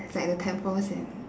there's like the temples in